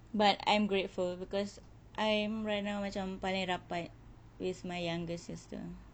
but I'm grateful because I am right now macam paling rapat with my younger sister